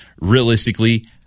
realistically